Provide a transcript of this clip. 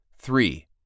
three